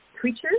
creatures